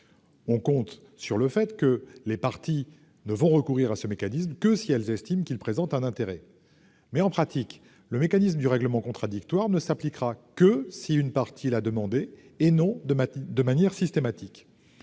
On escompte que les parties ne recourent à ce mécanisme que si elles estiment qu'il présente un intérêt. Mais, en pratique, le mécanisme du règlement contradictoire ne s'appliquera que si une partie l'a demandé et non de manière systématique.